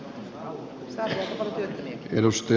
värderade talman